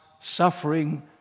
suffering